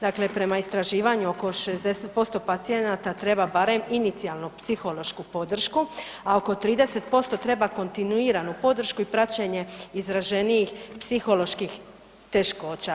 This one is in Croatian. Dakle, prema istraživanju oko 60% pacijenata treba barem inicijalnu psihološku podršku, a oko 30% treba kontinuiranu podršku i praćenje izraženijih psiholoških teškoća.